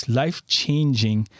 life-changing